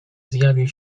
zjawił